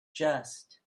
just